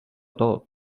todo